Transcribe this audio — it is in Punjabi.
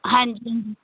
ਹਾਂਜੀ